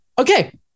Okay